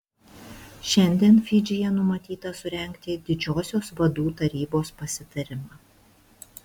šiandien fidžyje numatyta surengti didžiosios vadų tarybos pasitarimą